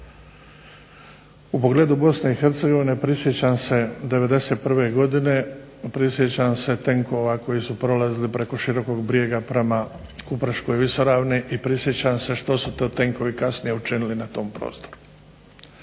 U pogledu Bosne i Hercegovine prisjećam se '91. godine, prisjećam se tenkova koji su prolazili preko Širokog Brijega prema Kupreškoj visoravni i prisjećam se što su to tenkovi kasnije učinili na tom prostoru.